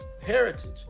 heritage